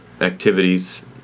activities